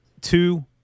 Two